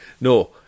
no